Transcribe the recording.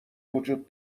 وجود